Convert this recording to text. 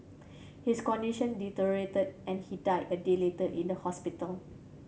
his condition deteriorated and he died a day later in the hospital